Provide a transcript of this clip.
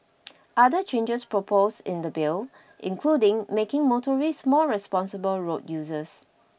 other changes proposed in the Bill include making motorists more responsible road users